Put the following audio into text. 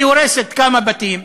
היא הורסת כמה בתים,